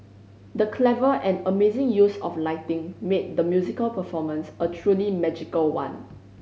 the clever and amazing use of lighting made the musical performance a truly magical one